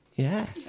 Yes